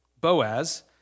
Boaz